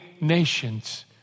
nations